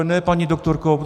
Ne, paní doktorko.